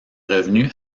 revenue